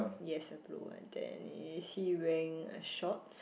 yes a blue one then is he wearing a shorts